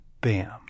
bam